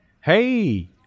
Hey